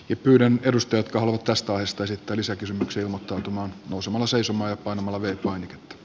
yhden perusteet valuutasta istuisi tai lisäkysymyksiä mutta osumaa seisomaan ja ehdottanut jo